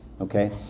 okay